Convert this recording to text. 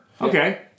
Okay